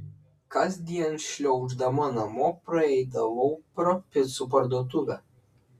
kasdien šliauždama namo praeidavau pro picų parduotuvę